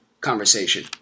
conversation